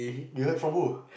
you heard from who